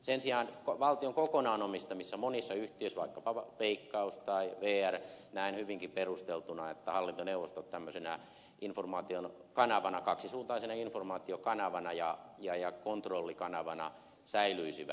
sen sijaan valtion kokonaan omistamissa monissa yhtiöissä vaikkapa veikkaus tai vr näen hyvinkin perusteltuna että hallintoneuvostot tämmöisenä kaksisuuntaisena informaatiokanavana ja kontrollikanavana säilyisivät